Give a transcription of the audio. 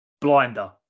blinder